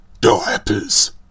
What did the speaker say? Diapers